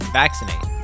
vaccinate